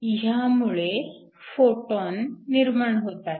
ह्यामुळे फोटॉन निर्माण होतात